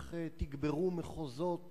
איך תגברו מחוזות